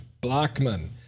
Blackman